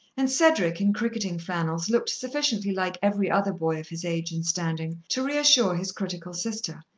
and cedric in cricketing flannels looked sufficiently like every other boy of his age and standing to reassure his critical sister.